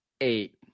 eight